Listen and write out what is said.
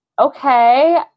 Okay